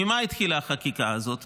ממה התחילה החקיקה הזאת?